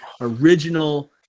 original